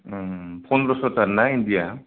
पन्द्रस'थार ना इन्दिया